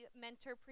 mentor